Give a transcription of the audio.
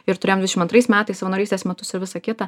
ir turėjom dvišim antrais metais savanorystės metus ir visa kita